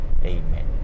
amen